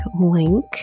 link